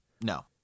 No